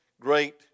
great